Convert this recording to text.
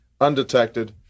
undetected